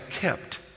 kept